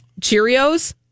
Cheerios